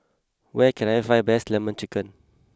where can I find best Lemon Chicken